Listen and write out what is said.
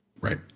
Right